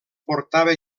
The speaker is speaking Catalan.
portava